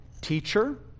teacher